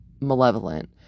malevolent